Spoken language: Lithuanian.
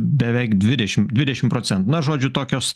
beveik dvidešimt dvidešimt procentų na žodžiu tokios